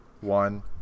one